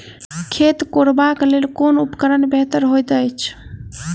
खेत कोरबाक लेल केँ उपकरण बेहतर होइत अछि?